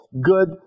good